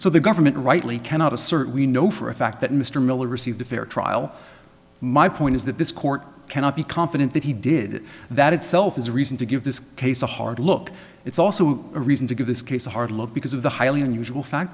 so the government rightly cannot assert we know for a fact that mr miller received a fair trial my point is that this court cannot be confident that he did it that itself is a reason to give this case a hard look it's also a reason to give this case a hard look because of the highly unusual fact